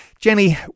Jenny